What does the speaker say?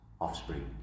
offspring